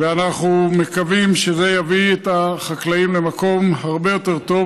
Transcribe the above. ואנחנו מקווים שזה יביא את החקלאים למקום הרבה יותר טוב.